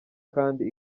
kandi